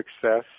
success